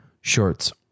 Shorts